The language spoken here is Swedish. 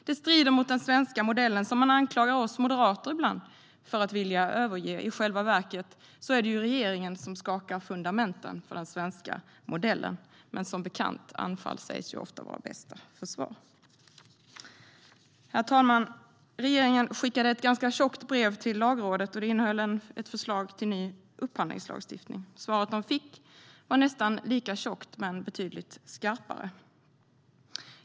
Det strider mot den svenska modellen, som man ibland anklagar oss moderater för att vilja överge. I själva verket är det regeringen som skakar fundamenten för den svenska modellen. Men som bekant: Anfall sägs ofta vara bästa försvar. Herr talman! Regeringen skickade ett tjockt brev till Lagrådet. Det innehöll ett förslag till ny upphandlingslagstiftning. Svaret de fick var nästan lika tjockt, men betydligt skarpare.